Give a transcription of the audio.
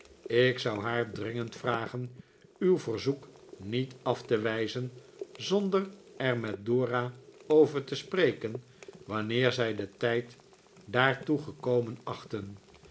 ik zou haar dringend vragen uw verzoek niet af te wijzen zonder er met dora over te spreken wanneer zij den tijd daartoe gekomen achten